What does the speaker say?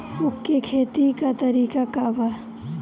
उख के खेती का तरीका का बा?